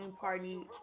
party